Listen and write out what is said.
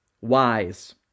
wise